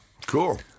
Cool